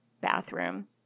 bathroom